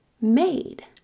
made